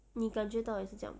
你感觉到也是这样